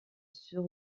sur